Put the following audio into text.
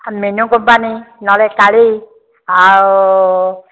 Minu company ନହେଲେ କାଳି ଆଉ